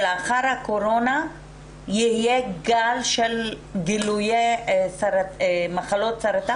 שלאחר הקורונה יהיה גל של גילויי מחלות סרטן,